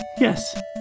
yes